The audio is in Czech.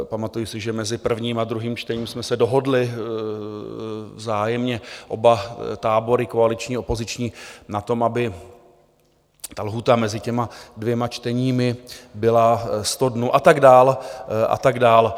Pamatuji si, že mezi prvním a druhým čtením jsme se dohodli vzájemně oba tábory, koaliční i opoziční, na tom, aby lhůta mezi dvěma čteními byla 100 dnů, a tak dál a tak dál.